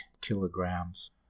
kilograms